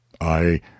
I